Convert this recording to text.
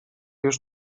już